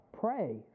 Pray